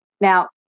Now